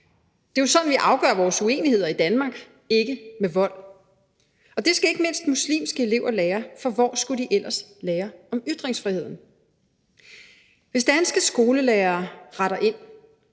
Det er jo sådan, vi afgør vores uenigheder i Danmark, ikke med vold. Og det skal ikke mindst muslimske elever lære, for hvor skulle de ellers lære om ytringsfriheden? Hvis danske skolelærere retter ind,